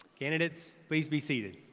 candidates, please be seated.